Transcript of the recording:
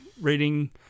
reading